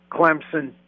Clemson